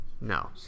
no